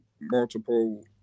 multiple